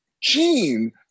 Gene